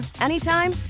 anytime